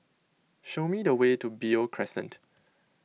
show me the way to Beo Crescent